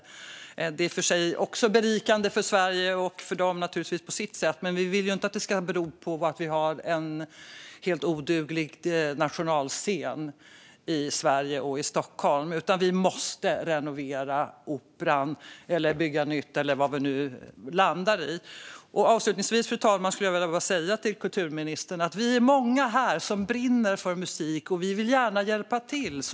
Det är i och för sig också berikande för Sverige och naturligtvis för dem på sitt sätt, men vi vill ju inte att det ska bero på att vi har en helt oduglig nationalscen i Sverige och i Stockholm. Vi måste renovera Operan - eller bygga nytt, eller vad vi nu landar i. Avslutningsvis, fru talman, skulle jag bara vilja säga till kulturministern att vi är många här som brinner för musik, och vi vill gärna hjälpa till.